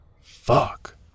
Fuck